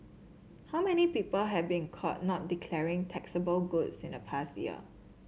how many people have been caught not declaring taxable goods in the past year